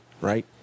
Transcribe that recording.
Right